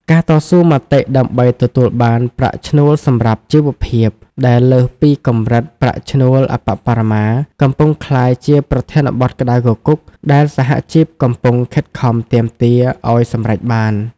ការតស៊ូមតិដើម្បីទទួលបាន "ប្រាក់ឈ្នួលសម្រាប់ជីវភាព" ដែលលើសពីកម្រិតប្រាក់ឈ្នួលអប្បបរមា កំពុងក្លាយជាប្រធានបទក្តៅគគុកដែលសហជីពកំពុងខិតខំទាមទារឱ្យសម្រេចបាន។